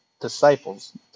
disciples